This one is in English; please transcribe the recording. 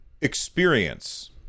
experience